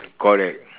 correct